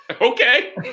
Okay